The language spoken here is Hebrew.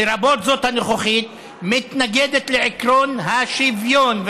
לרבות זאת הנוכחית, מתנגדת לעקרון השוויון.